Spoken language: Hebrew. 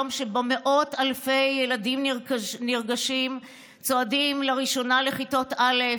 יום שבו מאות אלפי ילדים נרגשים צועדים לראשונה לכיתות א',